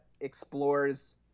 explores